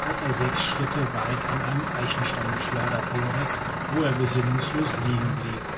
daß er sechs schritte weit an einen eichenstamm geschleudert wurde wo er besinnungslos liegen blieb